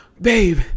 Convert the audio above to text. babe